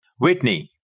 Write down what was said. Whitney